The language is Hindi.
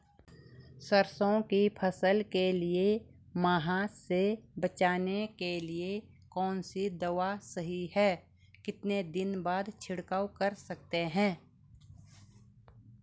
सरसों की फसल के लिए माह से बचने के लिए कौन सी दवा सही है कितने दिन बाद छिड़काव कर सकते हैं?